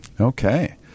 Okay